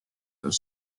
their